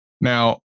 now